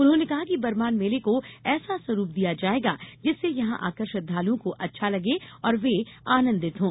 उन्होंने कहा कि बरमान मेले को ऐसा स्वरूप दिया जायेगा जिससे यहां आकर श्रद्दालुओं को अच्छा लगे और वे आनंदित हों